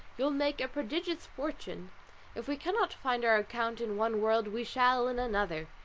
you'll make a prodigious fortune if we cannot find our account in one world we shall in another.